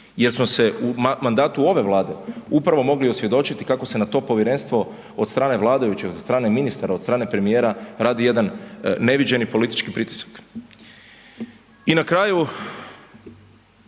jer smo se u mandatu ove Vlade upravo mogli osvjedočiti kako se na to povjerenstvo od strane vladajućih, od strane ministara, od strane premijera, radi jedan neviđeni politički pritisak. I na kraju,